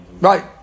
Right